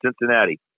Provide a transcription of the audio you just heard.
Cincinnati